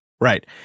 Right